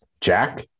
Jack